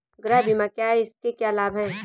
गृह बीमा क्या है इसके क्या लाभ हैं?